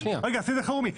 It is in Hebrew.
רגע, סעיד אלחרומי.